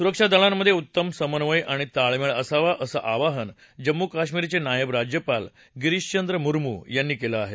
सुरक्षादलांमधे उत्तम समन्वय आणि ताळमेळ असावा असं आवाहन जम्मू कश्मीरचे नायब राज्यपाल गिरीशचंद्र मुर्मू यांनी केलं आहे